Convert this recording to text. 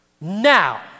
Now